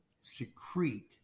secrete